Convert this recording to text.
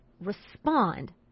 respond